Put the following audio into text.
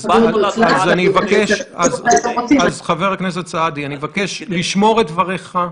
אבקש, חבר הכנסת אבו שחאדה, לשמור את דבריך,